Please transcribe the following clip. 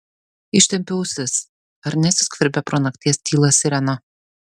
ištempiu ausis ar nesiskverbia pro nakties tylą sirena